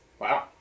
Wow